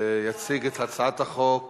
ויציג את הצעת החוק